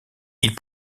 ils